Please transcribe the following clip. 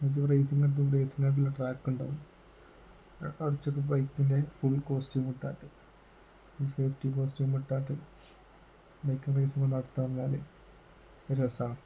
ഇതിപ്പം റെയ്സിങ്ങെടുത്തു റേസിങ്ങിനായിട്ടുള്ള ട്രാക്കുണ്ടാകും അവിടെ വെച്ചൊരു ബൈക്കിൻ്റെ ഫുൾ കോസ്റ്റ്യൂം ഇട്ടിട്ട് സേഫ്റ്റി കോസ്റ്റ്യൂം ഇട്ടിട്ട് ബൈക്ക് റെയ്സിങ്ങ് വന്നു നടത്തുക പറഞ്ഞാൽ ഒരു രസമാണ്